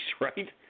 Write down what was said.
right